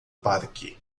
parque